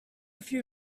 few